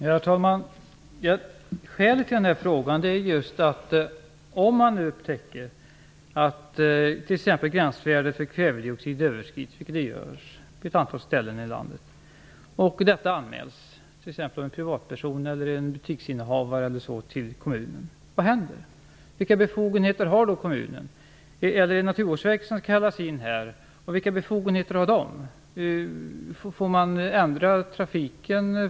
Herr talman! Skälet till den här frågan är att jag vill veta vad som händer om man upptäcker att t.ex. gränsvärdet för kvävedioxid överskrids - vilket sker på ett antal ställen i landet - och detta anmäls till kommunen av t.ex. en privatperson eller en butiksinnehavare. Vilka befogenheter har kommunen, eller är det Naturvårdsverket som skall kallas in? Vilka befogenheter har verket? Får man ändra trafiken?